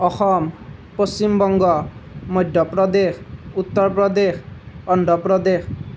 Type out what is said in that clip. Assam Paschimbanga Madhya Pradesh Uttar Pradesh Andhra Pradesh